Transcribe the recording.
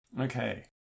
Okay